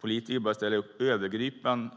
Politiker bör ställa upp